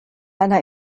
einer